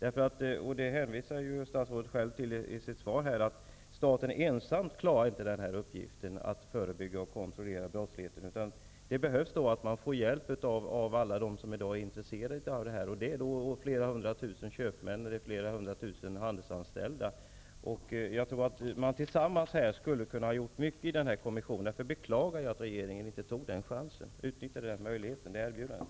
Statsrådet hänvisar ju i sitt svar till att staten inte ensam klarar uppgiften att förebygga och kontrollera brottsligheten, utan man behöver få hjälp av alla dem som i dag är intresserade av det. Det är flera hundratusen köpmän, och det är flera hundratusen handelsanställda. Jag tror att man tillsammans skulle ha kunnat göra mycket i kommissionen. Därför beklagar jag att regeringen inte utnyttjade det erbjudandet.